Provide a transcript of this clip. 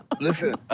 Listen